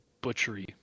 butchery